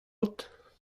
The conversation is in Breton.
out